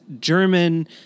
German